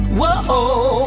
Whoa